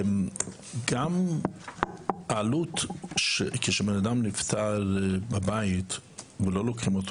גם כשבן אדם נפטר בבית ולא לוקחים אותו